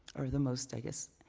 or the most i guess,